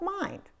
mind